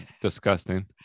disgusting